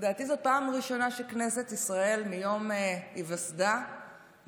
לדעתי זו באמת הפעם הראשונה שכנסת ישראל מיום היווסדה מתכנסת